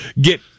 get